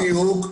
בדיוק.